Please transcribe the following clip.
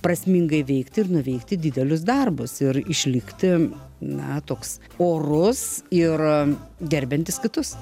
prasmingai veikti ir nuveikti didelius darbus ir išlikti na toks orus ir gerbiantis kitus